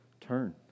Turn